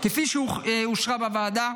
כפי שאושרה בוועדה.